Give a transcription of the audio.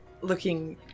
looking